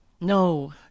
No